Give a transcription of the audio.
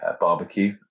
barbecue